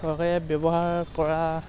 চৰকাৰী এপ ব্যৱহাৰ কৰা